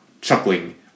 chuckling